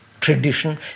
tradition